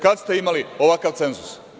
Kada ste imali ovakav cenzus?